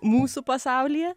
mūsų pasaulyje